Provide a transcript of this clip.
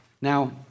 Now